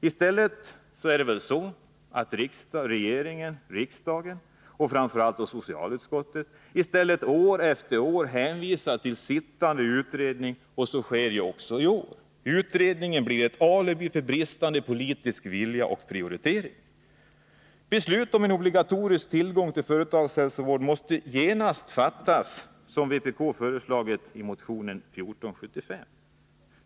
I stället är det väl så att regeringen och riksdagen — och framför allt socialutskottet — år efter år har hänvisat till ”sittande utredning”. Så sker också i år. Utredningen blir ett alibi för bristande politisk vilja och prioritering. Beslut om obligatorisk tillgång till företagshälsovård, som vpk föreslagit i motionen 1475, måste genast fattas.